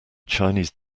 chinese